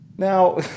Now